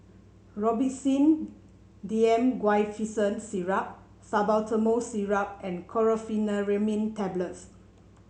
Robitussin D M Guaiphenesin Syrup Salbutamol Syrup and Chlorpheniramine Tablets